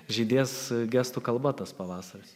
žydės gestų kalba tas pavasaris